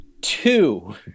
Two